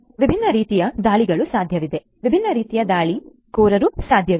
ಆದ್ದರಿಂದ ವಿಭಿನ್ನ ರೀತಿಯ ದಾಳಿಗಳು ಸಾಧ್ಯವಿದೆ ವಿಭಿನ್ನ ರೀತಿಯ ದಾಳಿಕೋರರು ಸಾಧ್ಯವಿದೆ